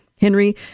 Henry